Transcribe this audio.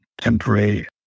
temporary